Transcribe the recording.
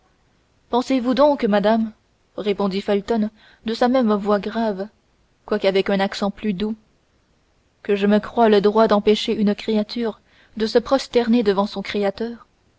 pensez-vous donc madame répondit felton de sa même voix grave quoique avec un accent plus doux que je me croie le droit d'empêcher une créature de se prosterner devant son créateur